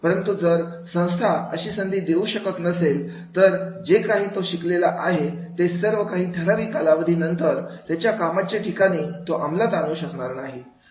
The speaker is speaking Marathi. परंतु जर संस्था अशी संधी देऊ शकत नसेल तर जे काही आहे तो शिकलेला आहे ते सर्व काही ठराविक कालावधीनंतर त्याच्या कामाचे ठिकाणी तो अमलात आणू शकणार नाही